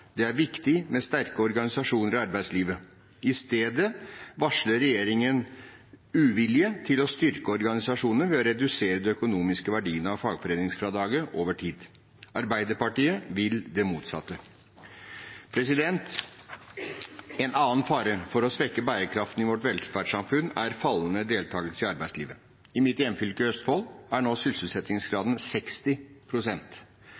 Det er viktig med sterke organisasjoner i arbeidslivet. I stedet varsler regjeringen uvilje til å styrke organisasjonene ved å redusere den økonomiske verdien av fagforeningsfradraget over tid. Arbeiderpartiet vil det motsatte. En annen fare for å svekke bærekraften i vårt velferdssamfunn er fallende deltakelse i arbeidslivet. I mitt hjemfylke, Østfold, er nå